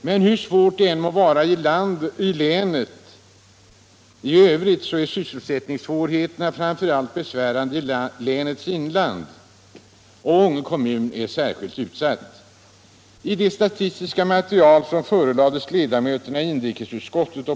Men hur svårt det än må vara i länet i övrigt är sysselsättningssvårigheterna framför allt besvärande i länets inland, och där är Ånge kommun särskilt illa utsatt.